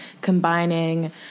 combining